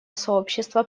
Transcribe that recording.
сообщество